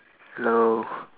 hello